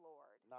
Lord